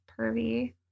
pervy